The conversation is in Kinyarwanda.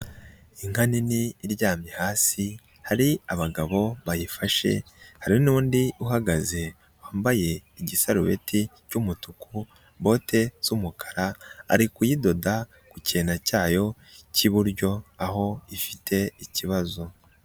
Inka nini iryamye hasi hari abagabo bayifashe hari n'undi uhagaze wambaye igisarubeti cy'umutuku, bote z'umukara, ari kuyidoda ku kintu cyayo cy'iburyo aho ifite ikibazo.